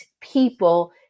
people